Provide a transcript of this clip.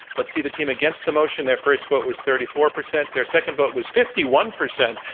let's see the team against the motion. their first vote was thirty four percent. their second vote was fifty one percent.